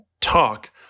talk